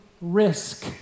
risk